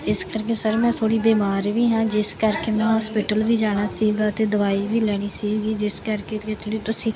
ਇਸ ਕਰਕੇ ਸਰ ਮੈਂ ਥੋੜ੍ਹੀ ਬੀਮਾਰ ਵੀ ਹਾਂ ਜਿਸ ਕਰਕੇ ਮੈਂ ਹੋਸਪੀਟਲ ਵੀ ਜਾਣਾ ਸੀਗਾ ਅਤੇ ਦਵਾਈ ਵੀ ਲੈਣੀ ਸੀਗੀ ਜਿਸ ਕਰਕੇ ਜਿਹੜੀ ਤੁਸੀਂ